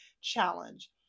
Challenge